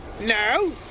No